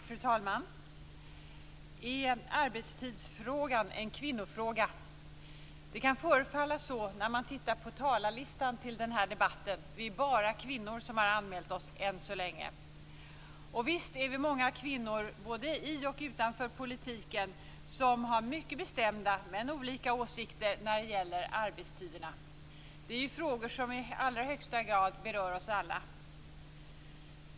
Fru talman! Är arbetstidsfrågan en kvinnofråga? Det kan förefalla så när man tittar på talarlistan till den här debatten. Vi är bara kvinnor som har anmält oss än så länge. Visst är vi många kvinnor både i och utanför politiken som har mycket bestämda men olika åsikter när det gäller arbetstiderna. Det är frågor som i allra högsta grad berör oss alla.